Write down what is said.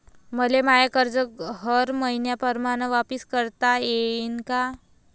मले माय कर्ज हर मईन्याप्रमाणं वापिस करता येईन का?